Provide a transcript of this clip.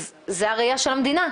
אז זה הראיה של המדינה.